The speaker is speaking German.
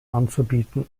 anzubieten